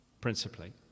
principally